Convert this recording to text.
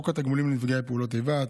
חוק התגמולים לנפגעי פעולות איבה,